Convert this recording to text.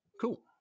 cool